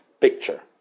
picture